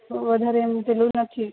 વધારે એમ પેલું નથી